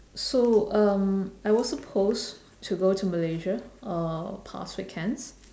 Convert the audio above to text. so um I was supposed to go to malaysia uh past weekends